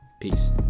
Peace